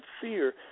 fear